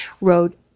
wrote